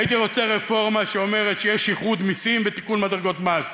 הייתי רוצה רפורמה שאומרת שיש איחוד מסים בתיקון מדרגות מס.